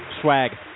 Swag